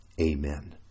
Amen